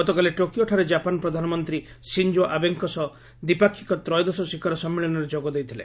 ଗତକାଲି ଟୋକିଓଠାରେ ଜାପାନ୍ ପ୍ରଧାନମନ୍ତ୍ରୀ ସିଞ୍ଜୋ ଆବେଙ୍କ ସହ ଦ୍ୱିପାକ୍ଷିକ ତ୍ରୟୋଦଶ ଶିଖର ସମ୍ମିଳନୀରେ ଯୋଗ ଦେଇଥିଲେ